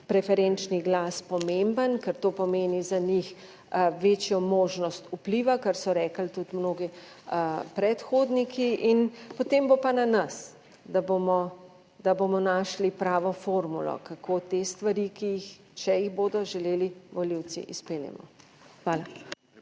preferenčni glas, pomemben, ker to pomeni za njih večjo možnost vpliva, kar so rekli tudi mnogi predhodniki. In potem bo pa na nas, da bomo našli pravo formulo, kako te stvari, ki jih, če jih bodo želeli volivci, izpeljemo. Hvala.